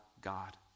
God